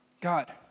God